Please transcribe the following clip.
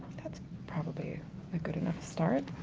that's probably a good enough start.